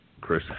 Chris